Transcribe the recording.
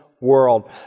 world